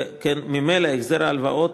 שכן ממילא החזר ההלוואות,